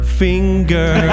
finger